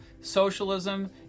socialism